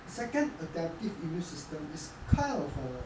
second adaptive immune system is kind of err